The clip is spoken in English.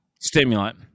Stimulant